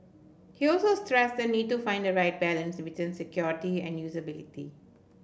he also stressed the need to find the right balance between security and usability